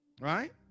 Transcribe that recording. Right